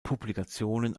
publikationen